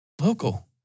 Local